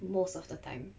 most of the time